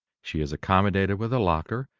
she is accommodated with a locker,